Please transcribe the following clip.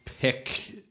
pick